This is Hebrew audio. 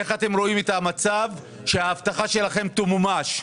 איך אתם רואים את המצב שההבטחה שלכם תמומש,